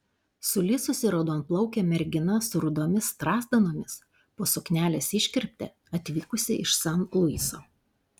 sulysusi raudonplaukė mergina su rudomis strazdanomis po suknelės iškirpte atvykusi iš san luiso